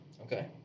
Okay